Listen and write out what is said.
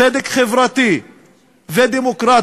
צדק חברתי ודמוקרטיה,